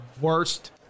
worst